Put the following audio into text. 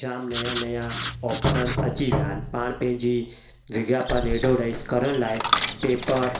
जामु नवां नवां ऑप्शन अची विया आहिनि पाण पंहिंजी विज्ञापन एडोडाइज़ करण लाइ पेपर